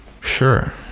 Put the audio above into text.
Sure